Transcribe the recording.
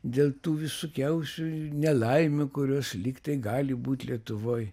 dėl tų visokiausių nelaimių kurios lyg tai gali būt lietuvoj